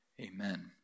amen